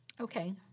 Okay